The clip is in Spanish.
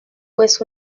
pues